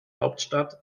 hauptstadt